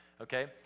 okay